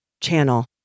channel